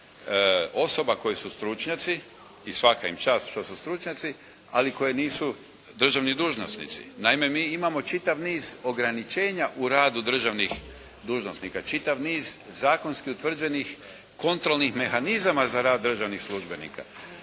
osoba koje su stručnjaci i svaka im čast što su stručnjaci, ali koji nisu državni dužnosnici. Naime mi imamo čitav niz o graničenja u radu državnih dužnosnika, čitav niz zakonski utvrđenih kontrolnih mehanizama za rad državnih službenika